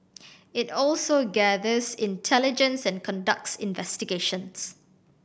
it also gathers intelligence and conducts investigations